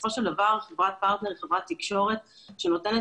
בסופו של דבר חברת פרטנר היא חברת תקשורת שנותנת